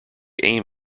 aim